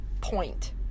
point